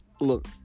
look